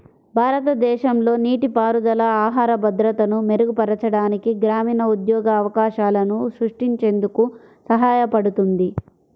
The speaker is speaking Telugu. భారతదేశంలో నీటిపారుదల ఆహార భద్రతను మెరుగుపరచడానికి, గ్రామీణ ఉద్యోగ అవకాశాలను సృష్టించేందుకు సహాయపడుతుంది